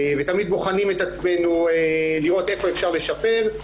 ותמיד בוחנים את עצמנו לראות איפה אפשר לשפר.